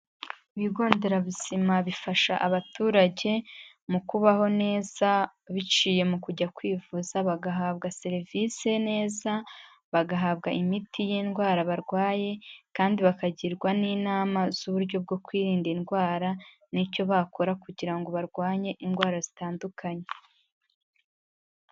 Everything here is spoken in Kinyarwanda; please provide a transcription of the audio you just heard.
Ibigo nderabuzima bifasha abaturage mu kubaho neza biciye mu kujya kwivuza bagahabwa serivisi neza, bagahabwa imiti y'indwara barwaye kandi bakagirwa n'inama z'uburyo bwo kwirinda indwara n'icyo bakora kugira ngo barwanye indwara zitandukanye.